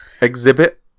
Exhibit